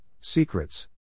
Secrets